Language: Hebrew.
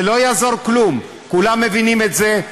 לא יעזור כלום, כולם מבינים את זה.